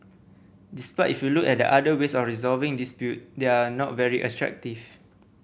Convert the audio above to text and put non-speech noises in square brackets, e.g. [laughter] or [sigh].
despite if you look at the other ways of resolving dispute they are not very [unintelligible]